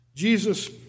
Jesus